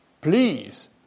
Please